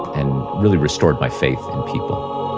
and really restored my faith in people